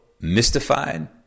mystified